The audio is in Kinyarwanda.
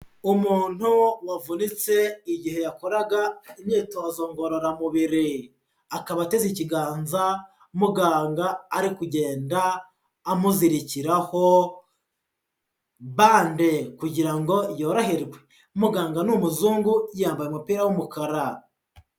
Umuntu wavunitse igihe yakoraga imyitozo ngororamubiri. Akaba ateze ikiganza muganga ari kugenda amuzirikiraho bande kugira ngo yoroherwe. Muganga ni umuzungu, yambaye umupira w'umukara.